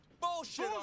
Bullshit